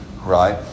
right